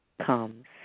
comes